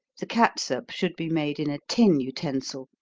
the catsup should be made in a tin utensil,